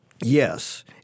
Yes